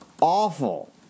Awful